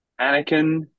Anakin